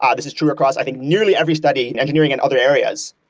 um this is true across i think nearly every study, engineering and other areas.